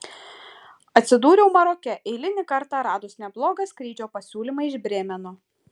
atsidūriau maroke eilinį kartą radus neblogą skrydžio pasiūlymą iš brėmeno